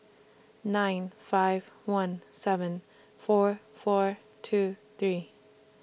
nine five one seven four four two three